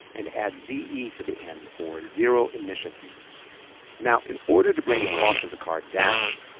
and add z e. to the end, for zero emissions now, in order to bring the cost of the car down,